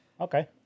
Okay